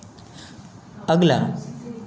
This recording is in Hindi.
अगला